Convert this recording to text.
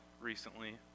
recently